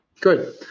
Good